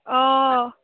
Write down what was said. অ